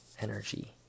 energy